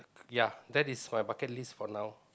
ya that is my bucket list for now